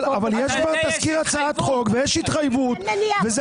אבל יש כבר תזכיר הצעת חוק ויש התחייבות וזה